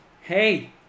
Hey